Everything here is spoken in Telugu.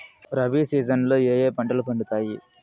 రబి సీజన్ లో ఏ ఏ పంటలు పండుతాయి